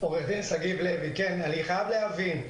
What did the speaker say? אני חייב להבין,